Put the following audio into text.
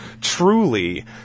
truly